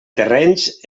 terrenys